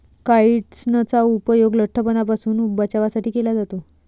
काइट्सनचा उपयोग लठ्ठपणापासून बचावासाठी केला जातो